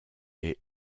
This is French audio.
est